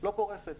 לא פורסת.